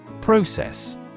Process